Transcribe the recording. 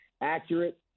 accurate